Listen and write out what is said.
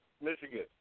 Michigan